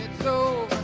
so